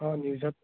অঁ নিউজত